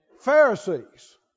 Pharisees